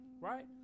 Right